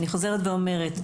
אני חוזרת ואומרת,